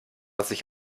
sich